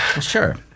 sure